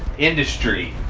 industry